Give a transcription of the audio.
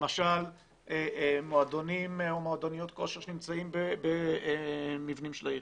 למשל מועדונים או מועדוניות כושר שנמצאים במבנים של העירייה.